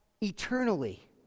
eternally